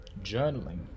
journaling